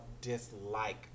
dislike